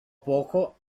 poco